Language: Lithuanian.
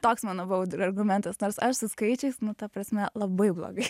toks mano buvo audre argumentas nors aš su skaičiais nu ta prasme labai blogai